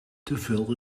teveel